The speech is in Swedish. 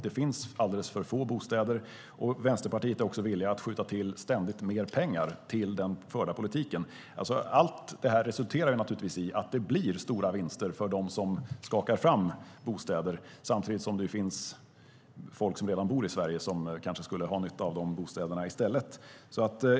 Det finns alldeles för få bostäder, och Vänsterpartiet är också villiga att ständigt skjuta till mer pengar till den förda politiken. Allt det här resulterar naturligtvis i att det blir stora vinster för dem som skakar fram bostäder, samtidigt som det finns folk som redan bor i Sverige som kanske skulle ha nytta av dessa bostäder i stället.